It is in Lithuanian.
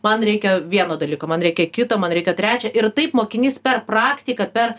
man reikia vieno dalyko man reikia kito man reikia trečio ir taip mokinys per praktiką per